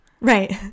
right